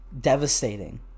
devastating